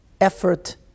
effort